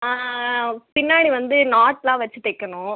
பின்னாடி வந்து நாட்லாம் வச்சு தைக்கணும்